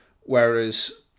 whereas